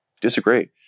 disagree